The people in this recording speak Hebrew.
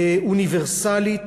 אוניברסלית,